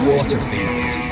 Waterfield